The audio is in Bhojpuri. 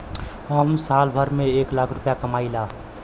हम साल भर में एक लाख रूपया कमाई ला